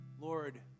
Lord